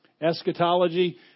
Eschatology